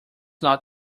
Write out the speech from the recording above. not